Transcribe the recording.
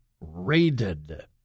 raided